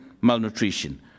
malnutrition